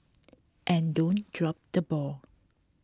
and don't drop the ball